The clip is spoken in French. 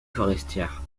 forestière